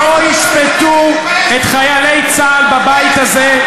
לא ישפטו את חיילי צה"ל בבית הזה,